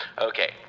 Okay